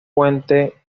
puente